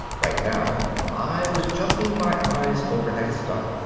right now i was jumping my eyes over that stuff,